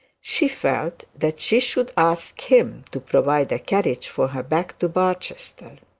she felt that she should ask him to provide a carriage for her back to barchester.